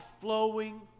flowing